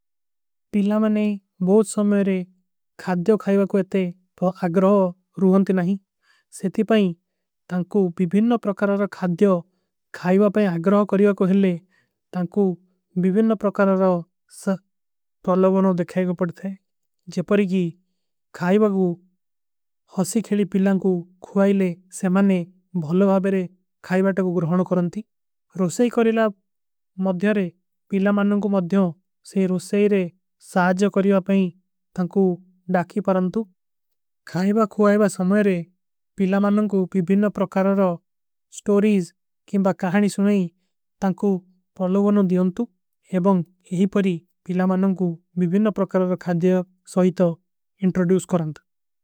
ପିଲା ମନେ ବହୁତ ସମଯରେ ଖାଦ୍ଯୋ ଖାଈଵା କୋ ଏତେ ବହୁତ ଅଗରାହ ରୂହନତୀ। ନହୀଂ ସେତି ପାଇଂ ତାଂକୁ ବିବିନ୍ନ ପ୍ରକାରାର ଖାଈଵା ପେ ଅଗରାହ କରୀଵା କୋ। ହିଲେ ତାଂକୁ ବିବିନ୍ନ ପ୍ରକାରାର ସଖ ପ୍ରଲଵନୋଂ ଦେଖାଈଗା। ପଡତା ହୈ ଜପରିଗୀ ଖାଈଵା କୋ ହସୀ ଖେଲୀ ପିଲାଂ କୋ ଖୁଆଈଲେ ସେମାନେ। ବହୁତ ଭାଵେରେ ଖାଈଵା ତକ ଗୁରହନୋଂ କରନତୀ ରୁସୈ କରିଲା ମଦ୍ଯାରେ ପିଲା। ମନନୋଂ କୋ ମଦ୍ଯୋଂ ସେ ରୁସୈ ରେ ସାହଜ କରିଵା ପୈଂ ତାଂକୁ ଡାକୀ ପରନ୍ତୁ। ଖାଈଵା ଖୁଆଈଵା ସମଯରେ ପିଲା ମନନୋଂ କୋ ବିବୀନ ପ୍ରକରର ସ୍ଟୋରୀଜ। କେଂବା କହାନୀ ସୁନାଈ ତାଂକୁ ପ୍ରଲଵନୋଂ ଦେଵନତୁ ଏବଂଗ ଯହୀ ପରୀ ପିଲା। ମନନୋଂ କୋ ବିବୀନ ପ୍ରକରର ଖାଜଯ ସହୀତ ଇଂଟରଡୂସ କରନତ।